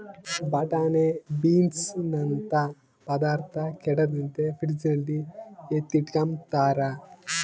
ಬಟಾಣೆ ಬೀನ್ಸನಂತ ಪದಾರ್ಥ ಕೆಡದಂಗೆ ಫ್ರಿಡ್ಜಲ್ಲಿ ಎತ್ತಿಟ್ಕಂಬ್ತಾರ